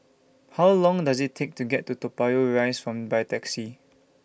How Long Does IT Take to get to Toa Payoh Rise By Taxi